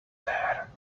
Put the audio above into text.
there